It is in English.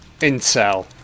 Intel